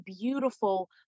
beautiful